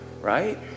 Right